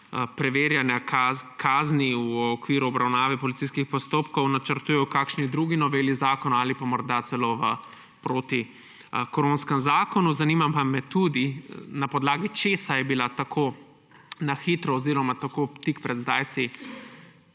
preverjanja kazni v okviru obravnave policijskih postopkov, načrtujejo v kakšni drugi noveli zakona ali pa morda celo v protikoronskem zakonu? Na podlagi česa je bila tako na hitro oziroma tako tik pred zdajci